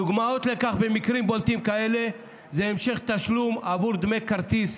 דוגמאות לכך במקרים בולטים כאלה זה המשך תשלום עבור דמי כרטיס